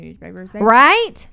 right